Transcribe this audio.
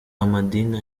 amadini